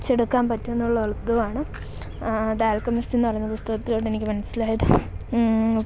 ച്ചെടുക്കാൻ പറ്റുമെന്നുള്ളതുമാണ് ആ the alchemist എന്നു പറയുന്ന പുസ്തകത്തിലൂടെനിക്ക് മനസ്സിലായത്